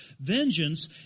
Vengeance